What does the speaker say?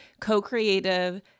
co-creative